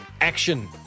action